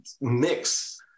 mix